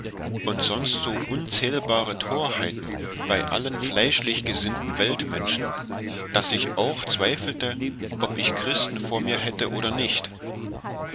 und sonst so unzählbare torheiten bei allen fleischlich gesinneten weltmenschen daß ich auch zweifelte ob ich christen vor mir hätte oder nicht